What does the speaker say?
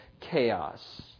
chaos